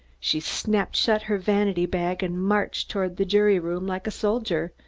she snapped shut her vanity-bag and marched toward the jury room like a soldier,